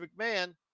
McMahon